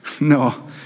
no